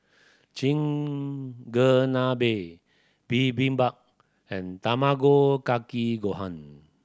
Chigenabe Bibimbap and Tamago Kake Gohan